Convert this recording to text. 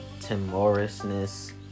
timorousness